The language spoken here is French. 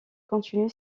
continue